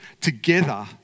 together